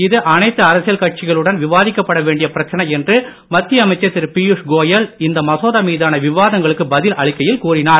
இது அனைத்து அரசியல் கட்சிகளுடன் விவாதிக்கப்பட வேண்டிய பிரச்சனை என்று மத்திய அமைச்சர் திரு பியூஷ்கோயல் இந்த மசோதா மீதான விவாதங்களுக்கு பதில் அளிக்கையில் கூறினார்